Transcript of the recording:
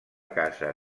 casa